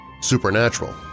supernatural